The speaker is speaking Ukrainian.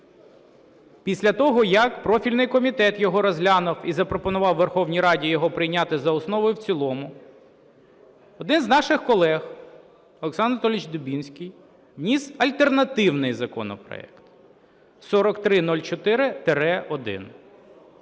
після того, як профільний комітет його розглянув і запропонував Верховній Раді його прийняти за основу і в цілому, один із наших колег Олександр Анатолійович Дубінський вніс альтернативний законопроект 4304-1.